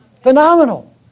Phenomenal